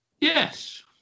Yes